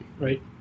right